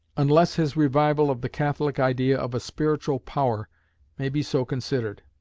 unless his revival of the catholic idea of a spiritual power may be so considered.